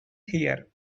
here